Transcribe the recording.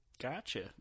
Gotcha